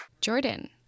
Jordan